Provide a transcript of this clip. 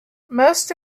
most